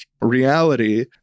reality